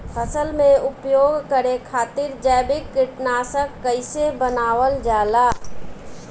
फसल में उपयोग करे खातिर जैविक कीटनाशक कइसे बनावल जाला?